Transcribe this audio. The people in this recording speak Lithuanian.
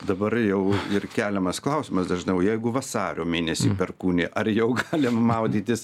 dabar jau ir keliamas klausimas dažnai o jeigu vasario mėnesį perkūnija ar jau galim maudytis